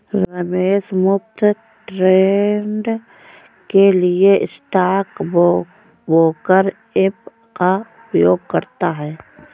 रमेश मुफ्त ट्रेड के लिए स्टॉक ब्रोकर ऐप का उपयोग करता है